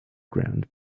ground